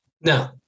No